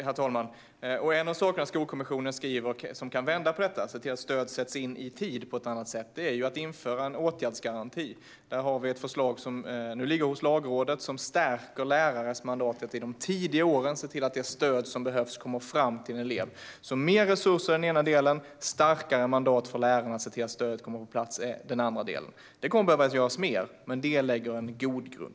Herr talman! En av sakerna Skolkommissionen beskriver som kan vända på detta så att stöd sätts in i tid på ett annat sätt är att införa en åtgärdsgaranti. Där har vi ett förslag som nu ligger hos Lagrådet och som stärker lärares mandat att i de tidiga åren se till att det stöd som behövs kommer fram till en elev. Mer resurser är den ena delen. Starkare mandat för lärarna att se till att stöd kommer på plats är den andra delen. Mer kommer att behöva göras, men det lägger en god grund.